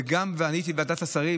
ואני הייתי בוועדת השרים